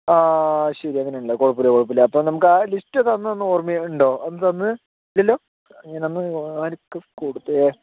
ആ ശരി അങ്ങനെയാണല്ലെ കുഴപ്പമില്ല കുഴപ്പമില്ല അപ്പോൾ നമുക്ക് ആ ലിസ്റ്റ് തന്ന അന്ന് ഓർമ്മ ഉണ്ടോ അന്ന് തന്നു ഇല്ലല്ലോ ഞാൻ അന്ന് ആർക്കാണ് കൊടുത്തത്